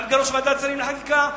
גם כראש ועדת שרים לחקיקה,